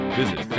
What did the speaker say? visit